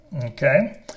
okay